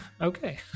okay